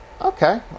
Okay